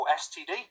std